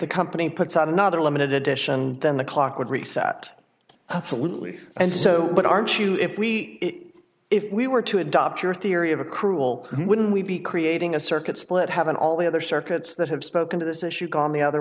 the company puts out another limited edition then the clock would reset absolutely and so but aren't you if we if we were to adopt your theory of a cruel wouldn't we be creating a circuit split haven't all the other circuits that have spoken to this issue gone the other